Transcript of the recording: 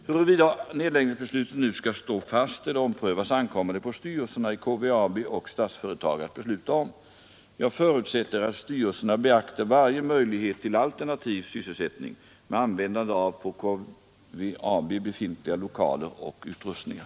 Huruvida nedläggningsbeslutet nu skall stå fast eller omprövas ankommer det på styrelserna i KVAB och Statsföretag att besluta om. Jag förutsätter att styrelserna beaktar varje möjlighet till alternativ sysselsättning med användande av på KVAB befintliga lokaler och utrustningar.